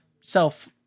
self